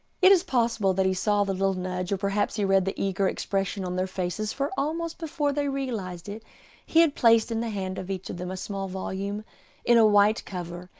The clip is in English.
it is possible that he saw the little nudge, or perhaps he read the eager expression on their faces, for almost before they realized it he had placed in the hand of each of them a small volume in a white cover,